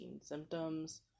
symptoms